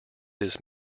his